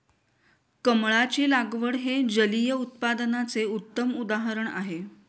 कमळाची लागवड हे जलिय उत्पादनाचे उत्तम उदाहरण आहे